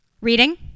Reading